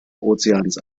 ozeans